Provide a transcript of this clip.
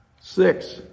Six